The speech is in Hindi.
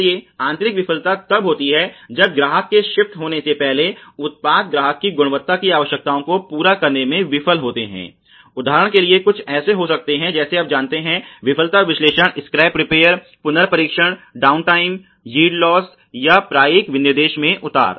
इसलिए आंतरिक विफलता तब होती है जब ग्राहक के शिफ्ट होने से पहले उत्पाद ग्राहक की गुणवत्ता की आवश्यकताओं को पूरा करने में विफल होते हैं उदाहरण कुछ ऐसे हो सकते हैं जैसे आप जानते हैं विफलता विश्लेषण स्क्रैप रिपेयर पुनर्परीक्षण डाउनटाइम यील्ड लॉस या प्रायिक विनिर्देश मे उतार